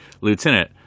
lieutenant